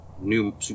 new